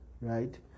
right